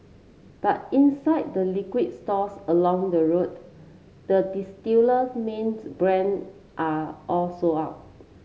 but inside the liquor stores along the road the distiller main brand are all sold out